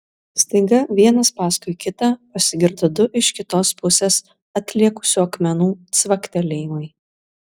staiga vienas paskui kitą pasigirdo du iš kitos pusės atlėkusių akmenų cvaktelėjimai